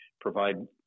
provide